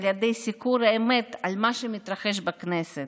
על ידי סיקור האמת על מה שמתרחש בכנסת,